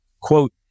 quote